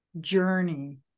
journey